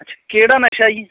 ਅੱਛਾ ਕਿਹੜਾ ਨਸ਼ਾ ਜੀ